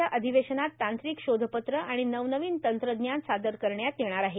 च्या अधिवेशनात तांत्रिक शोधपत्रे आणि नवनवीन तंत्रज्ञान सादर करण्यात येणार आहे